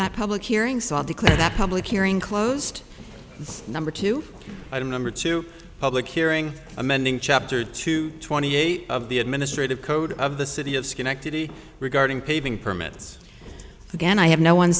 that public hearing saul declare that public hearing closed number two i don't number two public hearing amending chapter two twenty eight of the administrative code of the city of schenectady regarding paving permits again i have no one